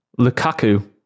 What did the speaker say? Lukaku